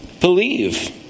believe